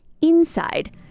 Inside